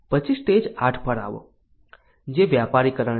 પછી સ્ટેજ 8 પર આવો જે વ્યાપારીકરણ છે